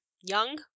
young